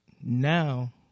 now